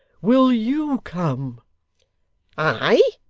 will you come i!